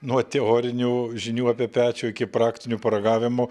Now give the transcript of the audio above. nuo teorinių žinių apie pečių iki praktinių paragavimų